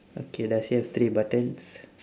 okay does he have three buttons